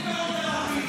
יום הזיכרון לרבין,